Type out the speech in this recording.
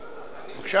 ראשונה.